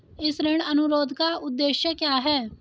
इस ऋण अनुरोध का उद्देश्य क्या है?